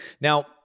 Now